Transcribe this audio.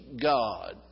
God